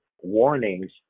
warnings